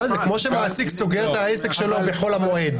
כמו שמעסיק סוגר את העסק שלו בחול המועד,